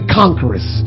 conquerors